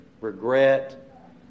regret